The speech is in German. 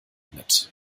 mit